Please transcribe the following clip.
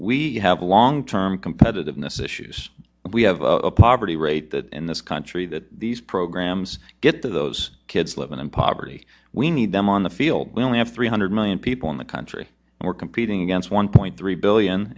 we have a long term competitiveness issues we have a poverty rate in this country that these programs get those kids living in poverty we need them on the field we only have three hundred million people in the country and we're competing against one point three billion